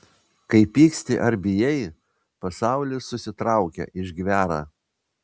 kai pyksti ar bijai pasaulis susitraukia išgvęra